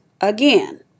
again